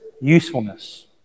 usefulness